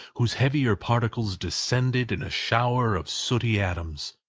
whose heavier particles descended in a shower of sooty atoms,